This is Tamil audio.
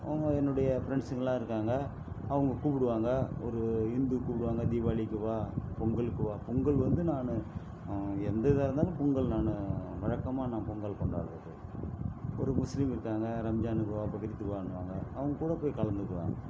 அவங்க என்னுடைய ஃப்ரெண்ட்ஸுங்கள்லாம் இருக்காங்க அவங்க கூப்பிடுவாங்க ஒரு இந்து கூப்பிடுவாங்க தீபாவளிக்கு வா பொங்கலுக்கு வா பொங்கல் வந்து நான் எந்த இதாக இருந்தாலும் பொங்கல் நான் வழக்கமாக நான் பொங்கல் கொண்டாடுறது ஒரு முஸ்லீம் இருக்காங்க ரம்ஜானுக்கு வா பக்ரீத்துக்கு வான்னு வாங்க அவங்கக்கூட போய் கலந்துக்குவேன்